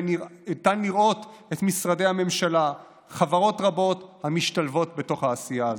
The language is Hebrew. וניתן לראות את משרדי הממשלה וחברות רבות המשתלבים בתוך העשייה הזאת,